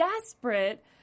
desperate